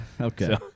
Okay